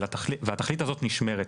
והתכלית הזאת נשמרת.